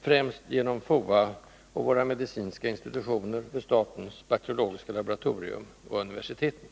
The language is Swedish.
främst genom FOA och våra medicinska institutioner vid statens bakteriologiska laboratorium och universiteten.